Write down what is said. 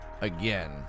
again